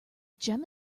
gem